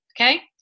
okay